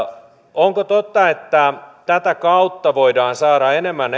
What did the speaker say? onko totta että tätä kautta voidaan saada enemmän